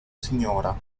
signora